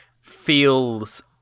feels